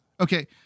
Okay